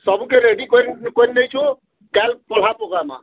ସବୁ କେ ରେଡ଼ି କରି କରି ନେଇଛୁଁ କାଏଲ୍ ପଲ୍ହା ପକାମା